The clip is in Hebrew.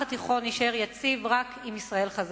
התיכון יישאר יציב רק עם ישראל חזקה.